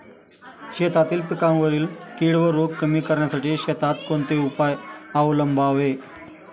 शेतातील पिकांवरील कीड व रोग कमी करण्यासाठी शेतात कोणते उपाय अवलंबावे?